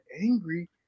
angry